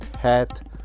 hat